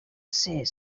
ser